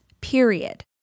period